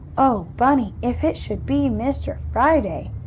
oh, bunny, if it should be mr. friday!